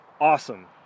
awesome